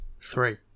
Three